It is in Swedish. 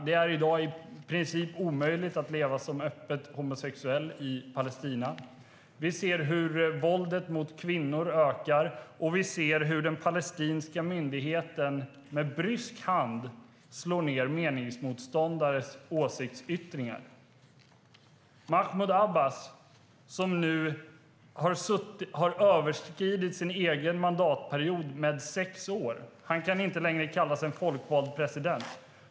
Det är i dag i princip omöjligt att leva som öppet homosexuell i Palestina. Vi ser hur våldet mot kvinnor ökar. Och vi ser hur den palestinska myndigheten med brysk hand slår ned meningsmotståndare och åsiktsyttringar. Mahmoud Abbas, som nu har överskridit sin egen mandatperiod med sex år, kan inte längre kallas en folkvald president.